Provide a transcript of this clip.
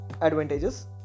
advantages